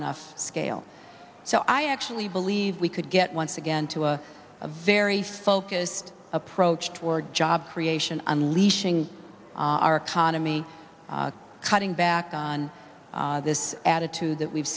enough scale so i actually believe we could get once again to a a very focused approach toward job creation unleashing our economy cutting back on this attitude that we've